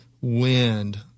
wind